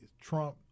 Trump